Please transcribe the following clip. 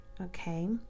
Okay